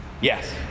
Yes